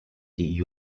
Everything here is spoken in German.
die